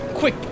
Quick